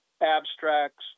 abstracts